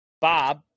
Bob